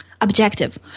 objective